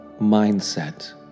mindset